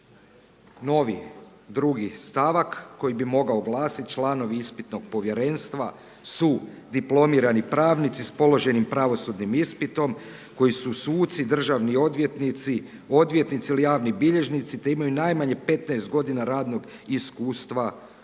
novi drugi stavak koji bi mogao glasiti, članovi ispitnog povjerenstva su diplomirani pravnici s položenim pravosudnim ispitom koji su suci, državni odvjetnici, odvjetnici ili javni bilježnici, te imaju najmanje 15 godina radnog iskustva u